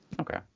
Okay